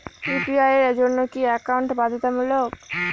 UPI এর জন্য কি একাউন্ট বাধ্যতামূলক?